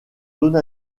zone